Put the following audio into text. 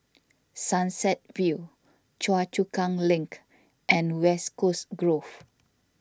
Sunset View Choa Chu Kang Link and West Coast Grove